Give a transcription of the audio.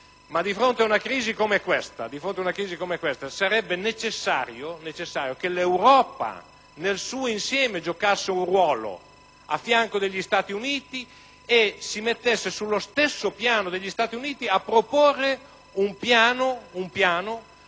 ma di fronte a una crisi come questa sarebbe necessario che l'Europa nel suo insieme giocasse un ruolo a fianco degli Stati Uniti e si ponesse sul loro stesso piano per proporre un piano al quale